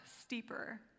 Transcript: steeper